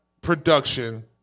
production